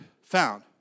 found